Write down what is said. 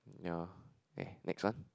ya eh next one